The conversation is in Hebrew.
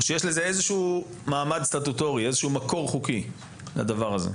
ויש להם מעמד סטטוטורי או מקור חוקי לדבר כזה?